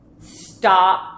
Stop